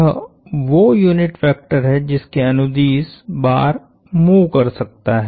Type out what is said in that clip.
यह वो unit vector है जिसके अनुदिश बार मूव कर सकता है